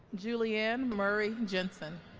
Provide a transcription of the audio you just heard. julie ann murray-jensen